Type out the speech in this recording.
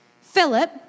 Philip